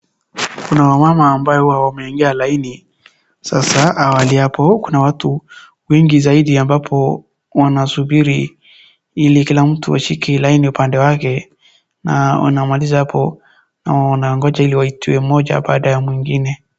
Kuna wamama ambao huwa wameingia laini sasa hawali hapo kuna watu wengi zaidi ,ambapo wasubiri ili kila mtu ashike laini upande wake na wanamaliza hapo na wanangoja waitwe mmoja baada ya mwingine.